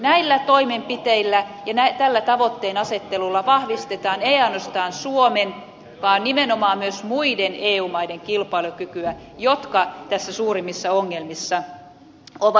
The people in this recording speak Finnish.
näillä toimenpiteillä ja tällä tavoitteenasettelulla vahvistetaan ei ainoastaan suomen vaan nimenomaan myös niiden muiden eu maiden kilpailukykyä jotka tässä suurimmissa ongelmissa ovat